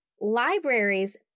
libraries